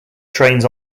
trains